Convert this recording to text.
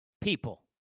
people